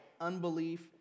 unbelief